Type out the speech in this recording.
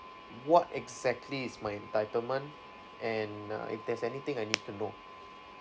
what exactly is my entitlement and uh if there's anything I need to know